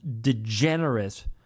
degenerate